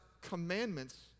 commandments